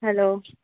hello